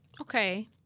Okay